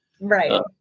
Right